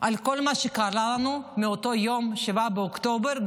על כל מה שקרה לנו מאותו יום 7 באוקטובר,